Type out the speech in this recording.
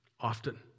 often